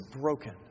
broken